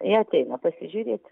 jie ateina pasižiūrėt